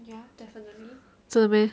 真的 meh